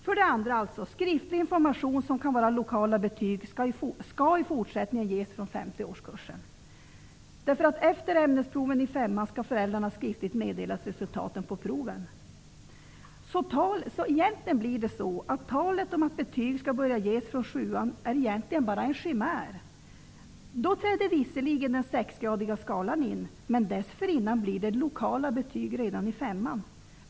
För det andra. Skriftlig information, som kan vara lokala betyg, skall i fortsättningen ges från femte årskursen. Efter ämnesproven i femman skall föräldrarna skriftligt meddelas resultaten på proven. Talet om att betyg skall börja ges från sjuan är egentligen bara en chimär. Då träder visserligen den sexgradiga skalan in, men dessförinnan blir det lokala betyg redan i femman.